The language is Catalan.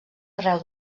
arreu